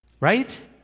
Right